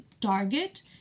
target